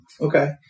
Okay